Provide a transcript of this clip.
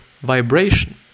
vibration